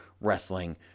wrestling